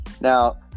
Now